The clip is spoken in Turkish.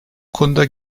konuda